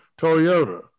Toyota